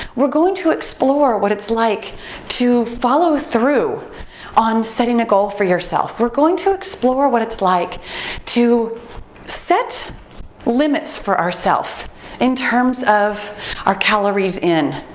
we're going to explore what it's like to follow through on setting a goal for yourself. we're going explore what it's like to set limits for ourself in terms of our calories in,